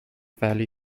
valley